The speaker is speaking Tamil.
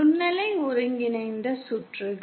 நுண்ணலை ஒருங்கிணைந்த சுற்றுகள்